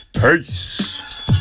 Peace